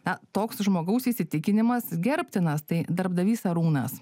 na toks žmogaus įsitikinimas gerbtinas tai darbdavys arūnas